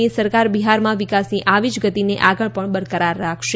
ની સરકાર બિહારમાં વિકાસની આવી જ ગતિ ને આગળ પણ બરકરાર રાખશે